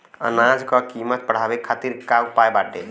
अनाज क कीमत बढ़ावे खातिर का उपाय बाटे?